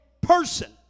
person